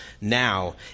now